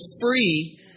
free